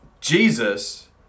Jesus